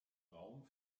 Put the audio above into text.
raum